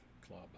Club